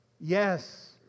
yes